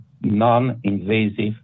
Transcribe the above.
non-invasive